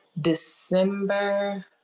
December